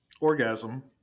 Orgasm